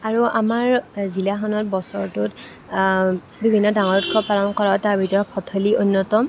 আৰু আমাৰ জিলাখনত বছৰটোত বিভিন্ন ডাঙৰ উৎসৱ পালন কৰা তাৰ ভিতৰত ভঠেলী অন্য়তম